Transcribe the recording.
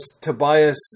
Tobias